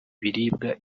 biribwa